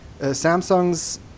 Samsung's